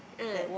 ah